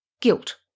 Guilt